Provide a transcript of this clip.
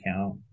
account